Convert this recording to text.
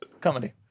comedy